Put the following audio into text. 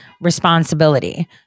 responsibility